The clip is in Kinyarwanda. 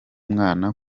mwana